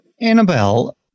annabelle